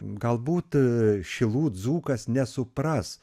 galbūt šilų dzūkas nesupras